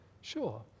Sure